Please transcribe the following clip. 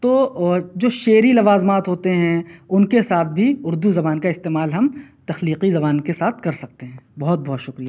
تو اور جو شعری لوازمات ہوتے ہیں ان کے ساتھ بھی اردو زبان کا استعمال ہم تخلیقی زبان کے ساتھ کر سکتے ہیں بہت بہت شکریہ